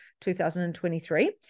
2023